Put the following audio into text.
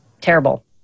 terrible